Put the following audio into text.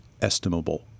estimable